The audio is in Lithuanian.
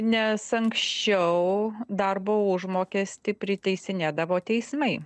nes anksčiau darbo užmokestį priteisinėdavo teismai